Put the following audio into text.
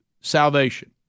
salvation